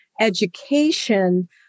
education